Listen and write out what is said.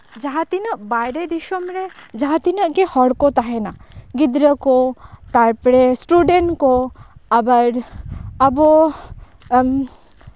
ᱡᱟᱦᱟᱸ ᱛᱤᱱᱟᱹᱜ ᱵᱟᱭᱨᱮ ᱫᱤᱥᱚᱢ ᱨᱮ ᱡᱟᱦᱟᱸ ᱛᱤᱱᱟᱹᱜ ᱜᱮ ᱦᱚᱲ ᱠᱚ ᱛᱟᱦᱮᱱᱟ ᱜᱤᱫᱽᱨᱟᱹ ᱠᱚ ᱛᱟᱨᱯᱚᱨᱮ ᱥᱴᱩᱰᱮᱱᱴ ᱠᱚ ᱟᱵᱟᱨ ᱟᱵᱚ